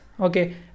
Okay